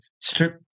strip